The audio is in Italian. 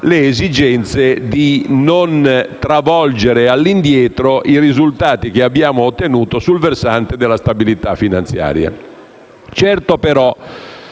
l'esigenza di non travolgere i risultati che abbiamo ottenuto sul versante della stabilità finanziaria.